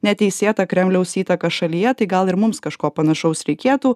neteisėtą kremliaus įtaką šalyje tai gal ir mums kažko panašaus reikėtų